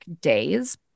days